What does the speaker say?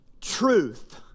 truth